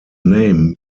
name